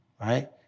right